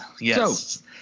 Yes